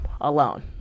alone